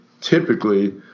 Typically